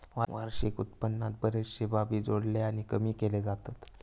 वार्षिक उत्पन्नात बरेचशे बाबी जोडले आणि कमी केले जातत